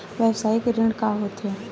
व्यवसायिक ऋण का होथे?